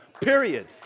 Period